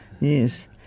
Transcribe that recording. Yes